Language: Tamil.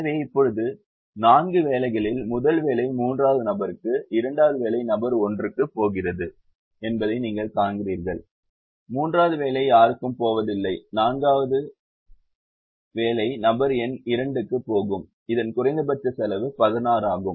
எனவே இப்போது 4 வேலைகளில் முதல் வேலை மூன்றாவது நபருக்கு இரண்டாவது வேலை நபர் எண் 1 போகிறது என்பதை நீங்கள் காண்கிறீர்கள் மூன்றாவது வேலை யாருக்கும் போவதில்லை நான்காவது வேலை நபர் எண் 2 க்கு போகும் இதன் குறைந்தபட்ச செலவு 16 ஆகும்